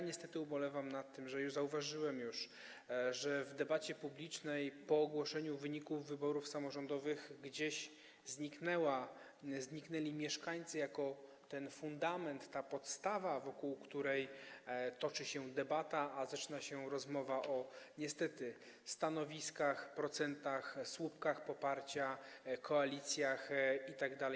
Niestety ubolewam nad tym, co już zauważyłem, że w debacie publicznej po ogłoszeniu wyników wyborów samorządowych gdzieś zniknęli mieszkańcy jako ten fundament, ta podstawa, wokół której toczy się debata, a zaczyna się niestety rozmowa o stanowiskach, procentach, słupkach poparcia, koalicjach itd.